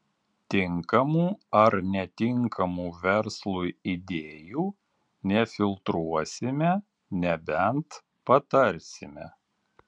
tinkamų ar netinkamų verslui idėjų nefiltruosime nebent patarsime